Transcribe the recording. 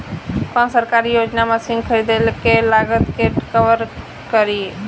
कौन सरकारी योजना मशीन खरीदले के लागत के कवर करीं?